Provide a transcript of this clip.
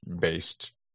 based